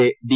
K D